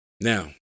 Now